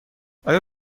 آیا